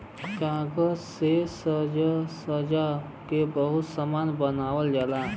कागज से साजसज्जा के बहुते सामान बनावल जाला